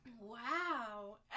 Wow